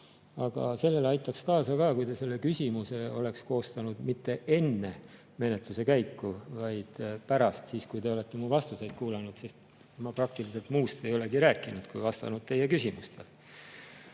Aga sellele aitaks kaasa ka, kui te selle küsimuse oleks koostanud mitte enne menetluse käiku, vaid pärast – siis, kui te olete minu vastuseid kuulanud –, sest ma praktiliselt muust ei olegi rääkinud, kui olen vastanud teie küsimustele.Me